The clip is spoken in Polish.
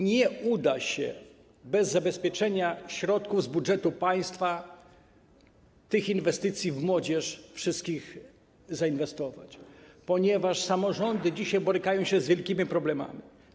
Nie uda się bez zabezpieczenia środków z budżetu państwa tych wszystkich inwestycji w młodzież zainwestować, ponieważ samorządy dzisiaj borykają się z wielkimi problemami.